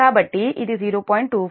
కాబట్టి ఇది 0